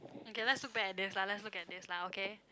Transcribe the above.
okay let's look back at this lah let's look at this lah okay